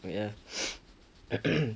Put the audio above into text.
so ya